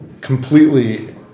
completely